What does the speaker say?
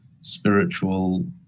spiritual